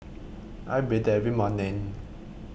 I bathe every morning